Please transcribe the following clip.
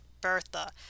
Bertha